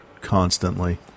constantly